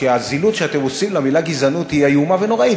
שהזילות שאתם עושים למילה "גזענות" היא איומה ונוראה,